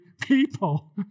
people